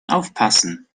aufpassen